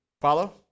Follow